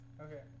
Okay